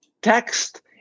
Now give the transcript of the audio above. Text